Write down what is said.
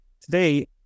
today